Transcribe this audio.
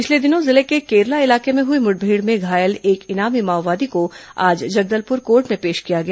पिछले दिनों जिले के केरला इलाके में हुई मुठभेड़ में घायल एक इनामी माओवादी को आज जगदलपुर कोर्ट में पेश किया गया